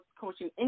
coaching